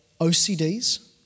OCDs